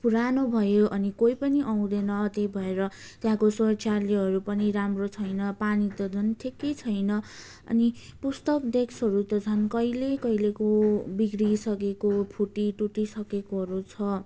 पुरानो भयो अनि कोही पनि आउँदैन त्यही भएर त्यहाँको शौचालयहरू पनि राम्रो छैन पानी त झन् ठिकै छैन अनि पुस्तक डेस्कहरू त झन् कहिले कहिलेको बिग्रिसकेको फुटिटुटिसकेकोहरू छ